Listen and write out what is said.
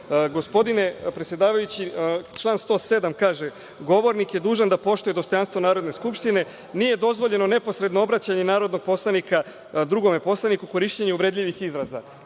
104.Gospodine predsedavajući, član 107. kaže: „Govornik je dužan da poštuje dostojanstvo Narodne skupštine. Nije dozvoljeno neposredno obraćanje narodnog poslanika drugome poslaniku i korišćenje uvredljivih